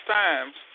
times